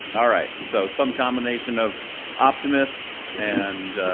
all right. so some combination of optimists and